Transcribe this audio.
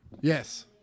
Yes